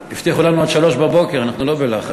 הבטיחו לנו עד 03:00, אנחנו לא בלחץ.